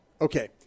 Okay